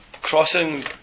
crossing